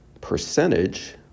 percentage